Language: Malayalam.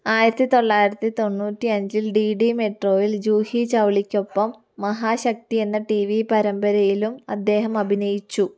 ആയിരത്തി തൊള്ളായിരത്തി തൊണ്ണൂറ്റി അഞ്ചിൽ ഡി ഡി മെട്രോയിൽ ജൂഹി ചൌളയ്ക്കൊപ്പം മഹാശക്തി എന്ന ടിവി പരമ്പരയിലും അദ്ദേഹം അഭിനയിച്ചു